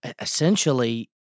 Essentially